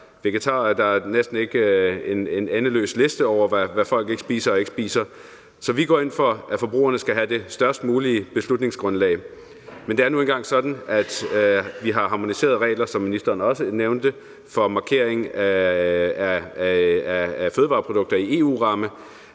vegetarer – der er en næsten endeløs liste over, hvad folk spiser og ikke spiser – så vi går ind for, at forbrugerne skal have det bredest mulige beslutningsgrundlag. Men det er nu engang sådan, at vi har harmoniserede regler, som ministeren også nævnte, for mærkning af fødevareprodukter i EU,